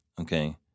Okay